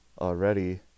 already